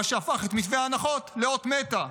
מה שהפך את מתווה ההנחות לאות מתה.